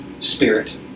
spirit